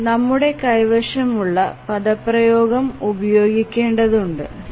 നമ്മുടെ കൈവശമുള്ള പദപ്രയോഗം ഉപയോഗിക്കേണ്ടതുണ്ട് Σ≤1